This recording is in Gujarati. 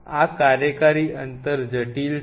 આ કાર્યકારી અંતર જટિલ છે